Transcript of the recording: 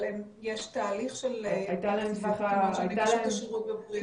אבל יש תהליך של כתיבת תקנות של נגישות השירות בבריאות.